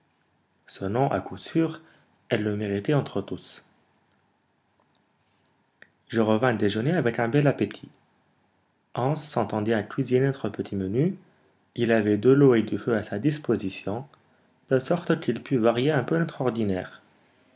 nom à coup sûr elle le méritait entre tous je revins déjeuner avec un bel appétit hans s'entendait à cuisiner notre petit menu il avait de l'eau et du feu à sa disposition de sorte qu'il put varier un peu